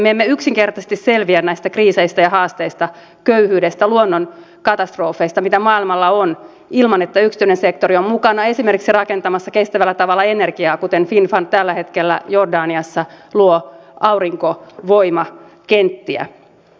me emme yksinkertaisesti selviä näistä kriiseistä ja haasteista köyhyydestä luonnonkatastrofeista mitä maailmalla on ilman että yksityinen sektori on mukana esimerkiksi rakentamassa kestävällä tavalla energiaa kuten finnfund tällä hetkellä jordaniassa luo aurinkovoimakenttiä